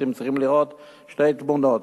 אתם צריכים לראות: שתי תמונות,